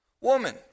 Woman